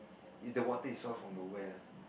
is the water is all from the well